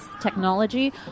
technology